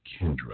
Kendra